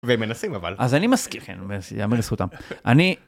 ומנסים אבל אז אני מזכיר לך ייאמר לזכותם אני.